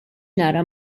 nara